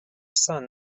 son